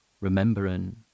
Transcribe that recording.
Remembering